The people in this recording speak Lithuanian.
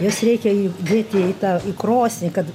juos reikia įdėti į tą krosnį kad